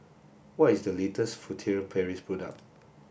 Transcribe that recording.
what is the latest Furtere Paris product